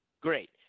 great